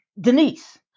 Denise